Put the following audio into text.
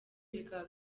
bikaba